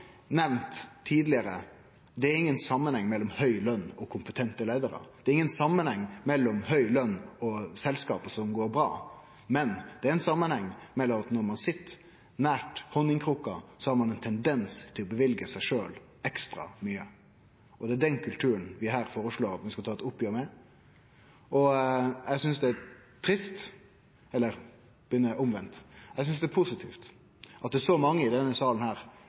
kompetente leiarar. Det er ingen samanheng mellom høg løn og selskap som går bra. Men det er ein samanheng: Når ein sit nær honningkrukka, har ein ein tendens til å løyve seg sjølv ekstra mykje. Det er den kulturen vi her foreslår at vi skal ta eit oppgjer med. Eg synest det er positivt at det er så mange i denne salen som er einige i at dette er eit problem, og i merknader seier at her